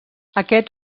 aquest